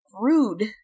rude